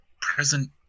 present